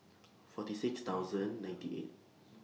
forty six thousand ninety eight